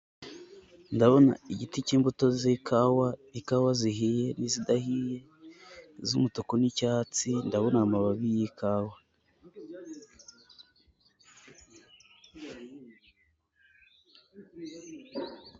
Ndabona igiti cy'imbuto z'ikawa, ikawa zihiye n'izidahiye z'umutuku n'icyatsi ndabona amababi y'ikawa.